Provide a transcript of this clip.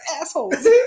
assholes